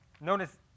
Notice